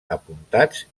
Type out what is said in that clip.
apuntats